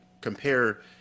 compare